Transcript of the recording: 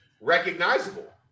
recognizable